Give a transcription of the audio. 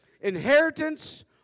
inheritance